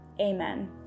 amen